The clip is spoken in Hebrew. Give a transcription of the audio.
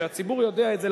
שהציבור יודע את זה,